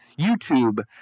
YouTube